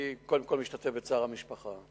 אני קודם כול משתתף בצער המשפחה.